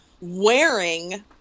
wearing